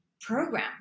program